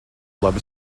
labi